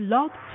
Love